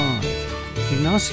Ignacio